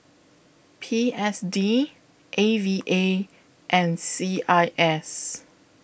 P S D A V A and C I S